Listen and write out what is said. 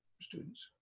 students